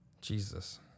Jesus